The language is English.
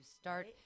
start